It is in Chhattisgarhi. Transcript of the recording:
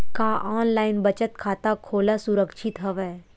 का ऑनलाइन बचत खाता खोला सुरक्षित हवय?